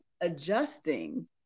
adjusting